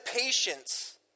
patience